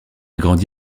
grandi